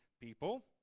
people